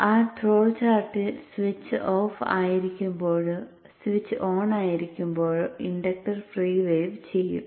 ആ ട്രോൾ ചാർട്ടിൽ സ്വിച്ച് ഓഫ് ആയിരിക്കുമ്പോഴോ സ്വിച്ച് ഓണായിരിക്കുമ്പോഴോ ഇൻഡക്റ്റർ ഫ്രീ വേവ് ചെയ്യും